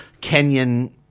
Kenyan